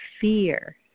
fear